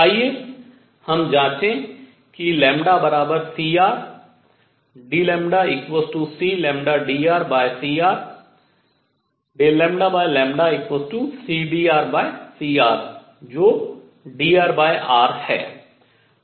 आइए हम जाँचें कि λcr dλcλdrcr dλcdrcr जो drr है